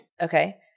Okay